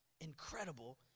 incredible